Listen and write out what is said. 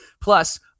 Plus